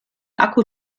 akku